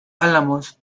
álamos